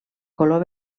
color